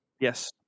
Yes